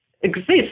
exist